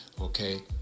Okay